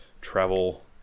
travel